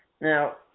Now